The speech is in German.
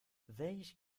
welch